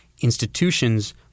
institutions